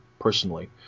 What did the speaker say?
personally